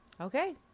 Okay